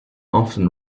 often